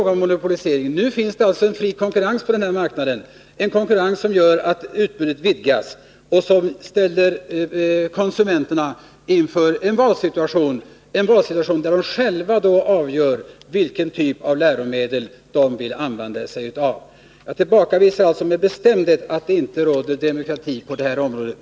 Nu finns det alltså en fri konkurrens på den här marknaden som gör att utbudet vidgas och som ställer konsumenterna inför en valsituation, där de själva avgör vilken typ av läromedel de vill använda sig av. Jag tillbakavisar alltså med bestämdhet att det inte råder demokrati på det här området.